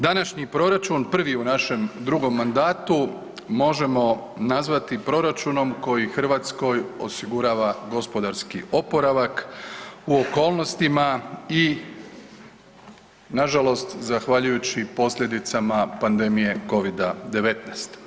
Današnji proračun prvi u našem drugom mandatu možemo nazvati proračunom koji Hrvatskoj osigurava gospodarski oporavak u okolnostima i nažalost zahvaljujući i posljedicama pandemije Covid-19.